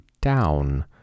down